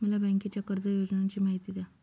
मला बँकेच्या कर्ज योजनांची माहिती द्या